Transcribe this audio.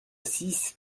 six